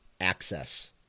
access